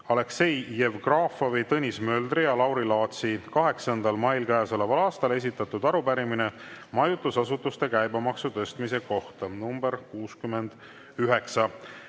Aleksei Jevgrafovi, Tõnis Möldri ja Lauri Laatsi 8. mail käesoleval aastal esitatud arupärimine nr 69 majutusasutuste käibemaksu tõstmise kohta.